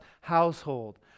household